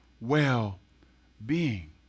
well-being